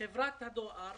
בחברת הדואר